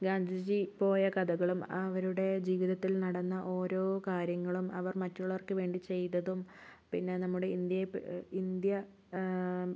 ഗാന്ധിജി പോയ കഥകളും അവരുടെ ജീവിത്തിൽ നടന്ന ഓരോ കാര്യങ്ങളും അവർ മറ്റുള്ളവർക്ക് വേണ്ടി ചെയ്തതും പിന്നെ നമ്മുടെ ഇന്ത്യയെ ഇന്ത്യ